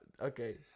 okay